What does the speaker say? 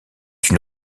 une